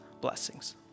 blessings